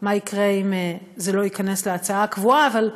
מה יקרה אם זה לא ייכנס להצעה הקבועה, אבל,